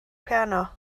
piano